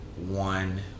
one